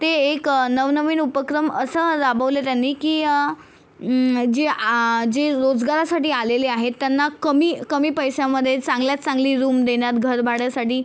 ते एकं नवनवीन उपक्रम असं राबवले त्यांनी की जे आ जे रोजगारासाठी आलेले आहे त्यांना कमी कमी पैस्यामधे चांगल्यात चांगली रूम देन्यात घरभाड्यासाडी